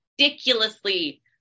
ridiculously